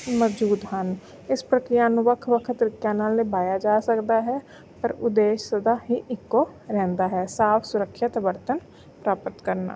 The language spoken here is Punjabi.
ਮੌਜੂਦ ਹਨ ਇਸ ਪ੍ਰਕਿਰਿਆ ਨੂੰ ਵੱਖ ਵੱਖ ਤਰੀਕਿਆਂ ਨਾਲ ਨਿਭਾਇਆ ਜਾ ਸਕਦਾ ਹੈ ਪਰ ਉਦੇਸ਼ ਸਦਾ ਹੀ ਇੱਕੋ ਰਹਿੰਦਾ ਹੈ ਸਾਫ ਸੁਰੱਖਿਅਤ ਬਰਤਨ ਪ੍ਰਾਪਤ ਕਰਨਾ